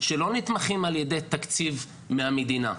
שלא נתמכים על-ידי תקציב מהמדינה.